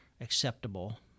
acceptable